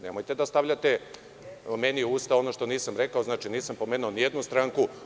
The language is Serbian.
Nemojte da stavljate meni u usta ono što nisam rekao, jer nisam pomenuo nijednu stranku.